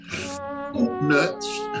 Nuts